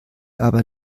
aber